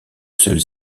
seules